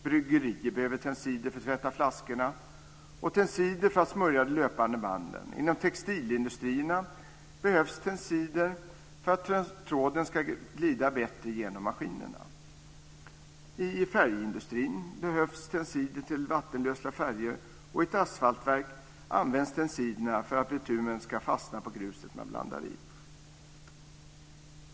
Bryggerier behöver tensider för att tvätta flaskorna och smörja de löpande banden. Inom textilindustrierna behövs tensider för att tråden ska glida bättre genom maskinerna. I färgindustrin behövs tensider till vattenlösliga färger och i ett asfaltverk används tensiderna för att bitumen ska fastna på gruset man blandar i.